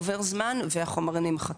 עובר זמן והחומרים נמחקים.